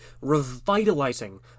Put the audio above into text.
revitalizing